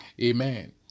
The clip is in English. Amen